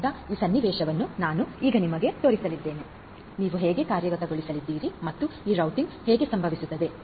ಆದ್ದರಿಂದ ಈ ಸನ್ನಿವೇಶವನ್ನು ನಾವು ಈಗ ನಿಮಗೆ ತೋರಿಸಲಿದ್ದೇವೆ ನೀವು ಹೇಗೆ ಕಾರ್ಯಗತಗೊಳಿಸಲಿದ್ದೀರಿ ಮತ್ತು ಈ ರೂಟಿಂಗ್ ಹೇಗೆ ಸಂಭವಿಸುತ್ತದೆ